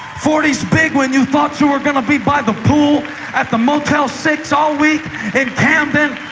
forty is big when you thought you were going to be by the pool at the motel six all week in camden.